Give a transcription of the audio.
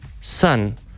son